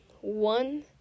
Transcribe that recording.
one